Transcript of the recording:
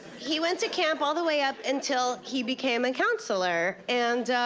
he went to camp all the way up until he became a counselor. and, ah,